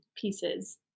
pieces